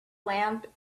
lamp